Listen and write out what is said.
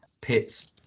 pits